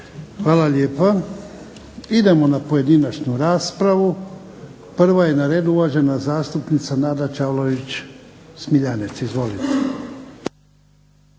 Hvala lijepa. Idemo na pojedinačnu raspravu. Prva je na redu uvažena zastupnica Nada Čavlović Smiljanec. Izvolite.